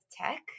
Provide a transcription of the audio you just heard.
tech